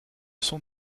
sont